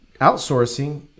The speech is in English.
outsourcing